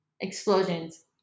explosions